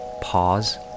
pause